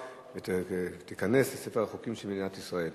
והיא תיכנס לספר החוקים של מדינת ישראל.